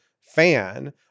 fan